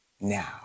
now